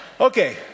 Okay